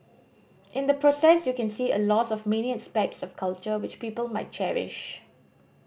in the process you can see a loss of many aspects of culture which people might cherish